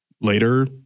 later